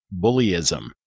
bullyism